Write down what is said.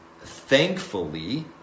thankfully